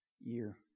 year